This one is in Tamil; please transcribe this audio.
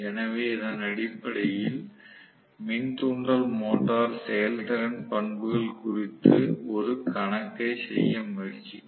எனவே இதன் அடிப்படையில் மின் தூண்டல் மோட்டார் செயல்திறன் பண்புகள் குறித்து 1 கணக்கை செய்ய முயற்சிக்கிறேன்